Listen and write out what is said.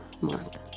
month